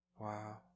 Wow